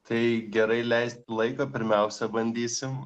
tai gerai leisti laiką pirmiausia bandysim